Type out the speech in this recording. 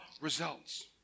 results